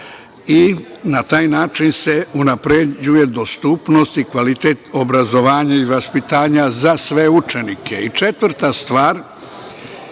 i na taj način se unapređuje dostupnost i kvalitet obrazovanja i vaspitanja za sve učenike. Četvrta